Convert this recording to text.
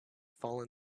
fallen